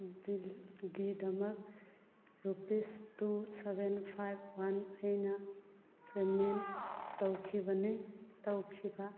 ꯕꯤꯜꯒꯤꯗꯃꯛ rupees two seven five one ꯑꯩꯅ payment ꯇꯧꯈꯤꯕꯅꯤ ꯇꯧꯈꯤꯕ